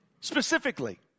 specifically